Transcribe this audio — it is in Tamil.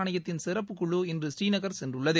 ஆணையத்தின் சிறப்புக் குழு இன்று ஸ்ரீநகர் சென்றுள்ளது